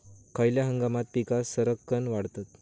खयल्या हंगामात पीका सरक्कान वाढतत?